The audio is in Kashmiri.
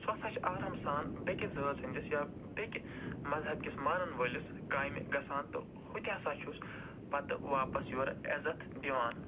سُہ ہَسا چھِ آرام سان بیٚکِس زٲژ ہٕنٛدِس یا بیٚکہِ مَذہَب کِس مانن وٲلِس کامہِ گَژھان تہٕ ہُتہِ ہَسا چھُس پَتہٕ واپَس یورٕ عزت دِوان